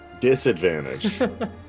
Disadvantage